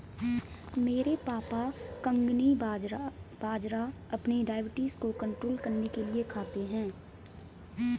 मेरे पापा कंगनी बाजरा अपनी डायबिटीज को कंट्रोल करने के लिए खाते हैं